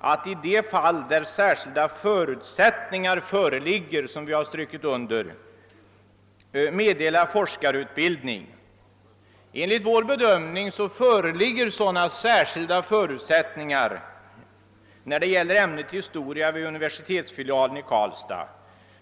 att i de fall där särskilda förutsättningar föreligger meddela forskarutbildning. Enligt vår bedömning föreligger sådana särskilda förutsättningar när det gäller ämnet historia vid universitetsfilialen i Karlstad.